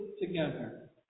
together